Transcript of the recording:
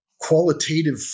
qualitative